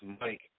Mike